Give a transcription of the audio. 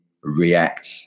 react